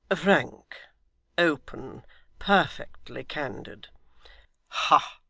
frank open perfectly candid hah!